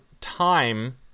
time